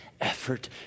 effort